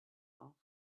asked